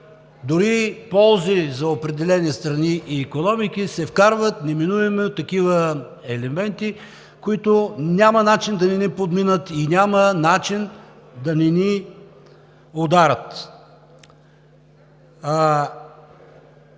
дори и ползи за определени страни и икономики, се вкарват неминуемо такива елементи, които няма начин да ни подминат и няма начин да не ни ударят.